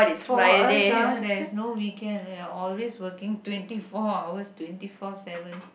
for us ah there's no weekend we are always working twenty four hours twenty four seven